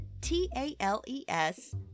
T-A-L-E-S